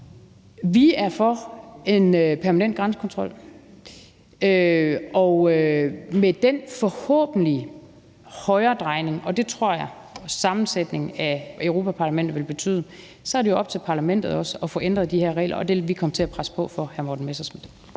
Vi er for en permanent grænsekontrol, og med den højredrejning, der forhåbentlig er, og det tror jeg at sammensætningen af Europa-Parlamentet vil betyde, er det jo også op til Parlamentet at få ændret de her regler, og det vil vi komme til at presse på for, hr. Morten Messerschmidt.